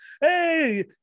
Hey